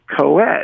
co-ed